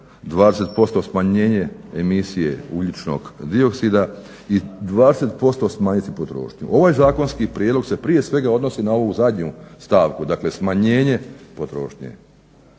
20% smanjenje emisije ugljičnog dioksida i 20% smanjiti potrošnju? Ovaj zakonski prijedlog se prije svega odnosi na ovu zadnju stavku, dakle smanjenje potrošnje.